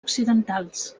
occidentals